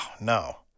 no